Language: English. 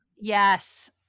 Yes